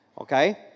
Okay